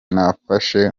nafashe